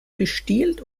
gestielt